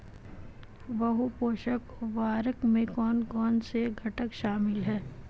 बहु पोषक उर्वरक में कौन कौन से घटक शामिल हैं?